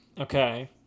okay